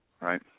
right